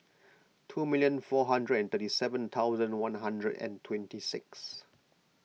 two minute four hundred and thirty seven thousand one hundred and twenty six